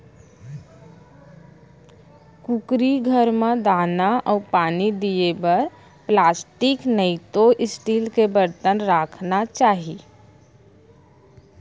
कुकरी घर म दाना अउ पानी दिये बर प्लास्टिक नइतो स्टील के बरतन राखना चाही